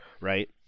right